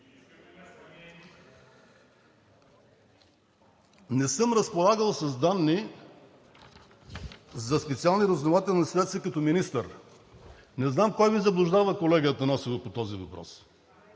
Не съм разполагал с данни за специалните разузнавателни средства като министър. Не знам кой Ви заблуждава, колега Атанасова, по този въпрос?